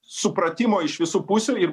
supratimo iš visų pusių ir